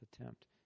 attempt